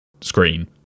screen